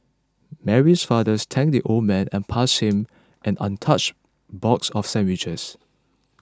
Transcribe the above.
Mary's father thanked the old man and passed him an untouched box of sandwiches